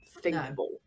thinkable